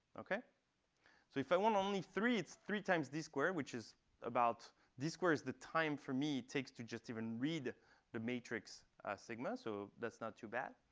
so if i want only three, it's three times d squared, which is about d squared is the time for me it takes to just even read the matrix sigma. so that's not too bad.